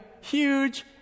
huge